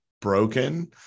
broken